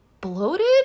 bloated